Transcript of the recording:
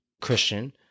christian